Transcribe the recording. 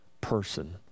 person